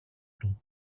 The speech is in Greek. του